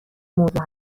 موضوع